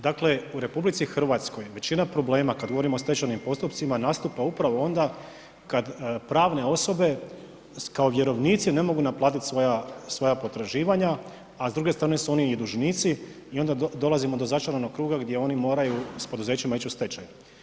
Dakle, u RH većina problema kada govorimo o stečajnim postupcima nastupa upravo onda kada pravne osobe kao vjerovnici ne mogu naplatiti svoja potraživanja, a s druge strane su oni i dužnici i onda dolazimo do začaranog kruga gdje oni moraju s poduzećima ići u stečaj.